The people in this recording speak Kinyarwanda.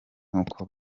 n’uko